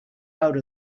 out